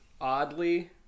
oddly